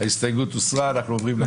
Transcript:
הצבעה ההסתייגות לא התקבלה.